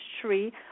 tree